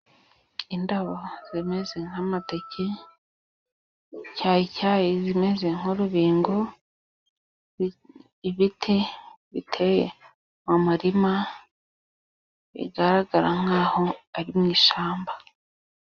Indabo zimeze nk'amateke, cyayicyayi zimeze nk'urubingo, ibiti biteye mu murima, bigaragara nk'aho ari mu ishamba.